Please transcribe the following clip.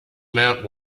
mount